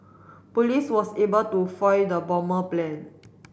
police was able to foil the bomber plan